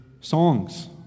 songs